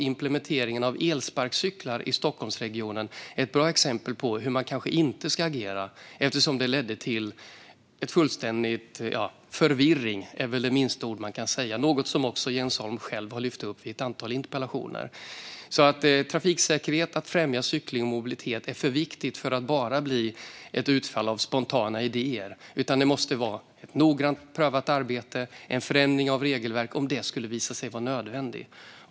Implementeringen av elsparkcyklar i Stockholmsregionen är ett bra exempel på hur man kanske inte ska agera. Det minsta man kan säga är att det ledde till fullständig förvirring, något som även Jens Holm själv har lyft upp i ett antal interpellationer. Trafiksäkerhet och att främja cykling och mobilitet är för viktigt för att bara bli ett utfall av spontana idéer. Det måste vara fråga om ett noggrant prövat arbete och en förändring av regelverk - om det skulle visa sig vara nödvändigt.